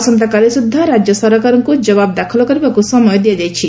ଆସନ୍ତାକାଲି ସୁଦ୍ଧା ରାଜ୍ୟ ସରକାରଙ୍କୁ ଜବାବ ଦାଖଲ କରିବାକୁ ସମୟ ଦିଆଯାଇଛି